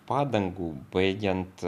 padangų baigiant